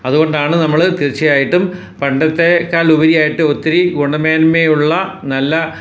അതുകൊണ്ടാണ് നമ്മൾ തീർച്ചയായിട്ടും പണ്ടത്തെക്കാൾ ഉപരിയായിട്ട് ഒത്തിരി ഗുണമേന്മയുള്ള നല്ല